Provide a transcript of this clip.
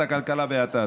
חברות וחברי כנסת נכבדים,